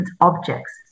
objects